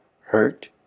hurt